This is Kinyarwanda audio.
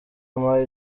ampa